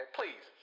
Please